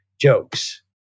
jokes